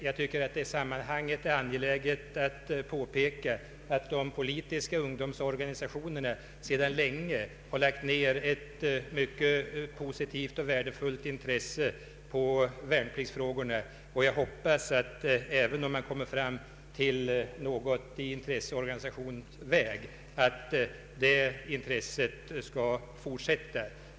Jag finner det emellertid angeläget att i sammanhanget framhålla att de politiska ungdomsorganisationerna sedan länge har lagt ner ett mycket positivt och värdefullt intresse på värnpliktsfrågorna. Även om man kan få till stånd något slags intresseorganisation, hoppas jag att det intresset skall vidmakthållas.